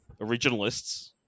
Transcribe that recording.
originalists